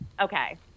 okay